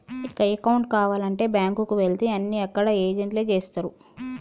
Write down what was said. ఇక అకౌంటు కావాలంటే బ్యాంకుకి వెళితే అన్నీ అక్కడ ఏజెంట్లే చేస్తరు